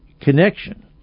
connection